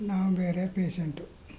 ನಾವು ಬೇರೆ ಪೇಷಂಟು